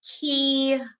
key